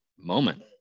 moment